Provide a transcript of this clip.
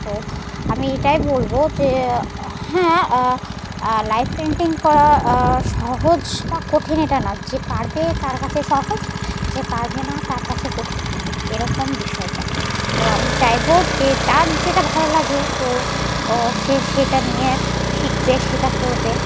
তো আমি এটাই বলব যে হ্যাঁ লাইভ পেন্টিং করা সহজ বা কঠিন এটা না যে পারবে তার কাছে সহজ যে পারবে না তার কাছে কঠিন এরকম বিষয়টা তো আমি চাইব যে যার যেটা ভালো লাগে তো ও সে সেটা নিয়ে শিখবে সেটা করবে